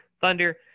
Thunder